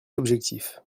objectif